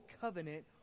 covenant